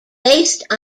based